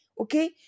okay